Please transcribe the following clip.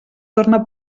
torna